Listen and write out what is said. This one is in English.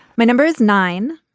my number is nine.